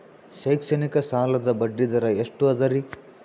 ಶೈಕ್ಷಣಿಕ ಸಾಲದ ಬಡ್ಡಿ ದರ ಎಷ್ಟು ಅದರಿ?